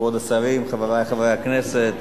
כבוד השרים, חברי חברי הכנסת,